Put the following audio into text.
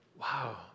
Wow